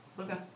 Okay